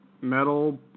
Metal